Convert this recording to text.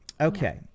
Okay